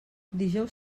dijous